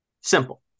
Simple